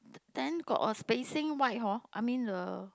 then got a spacing white hor I mean the